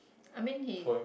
I mean he